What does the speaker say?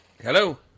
Hello